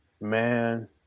man